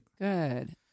Good